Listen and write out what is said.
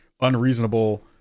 unreasonable